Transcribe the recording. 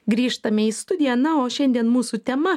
grįžtame į studiją na o šiandien mūsų tema